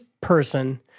person